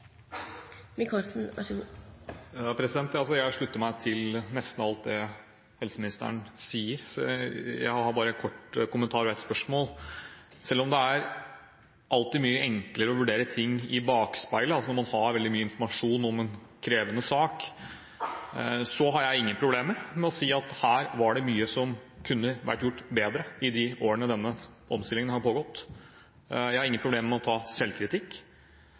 mye enklere å vurdere ting i bakspeilet – altså når man har veldig mye mer informasjon om en krevende sak – har jeg ingen problemer med å si at her var det mye som kunne vært gjort bedre i de årene som denne omstillingen har pågått. Jeg har ingen problemer med å ta selvkritikk,